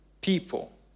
people